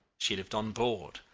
she lived on board.